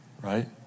Right